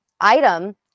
item